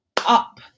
up